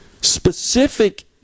specific